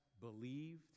believed